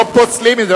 לא פוסלים את זה.